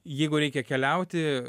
jeigu reikia keliauti